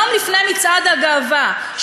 יום לפני מצעד הגאווה,